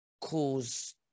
cause